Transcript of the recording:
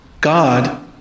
God